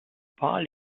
paar